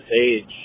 age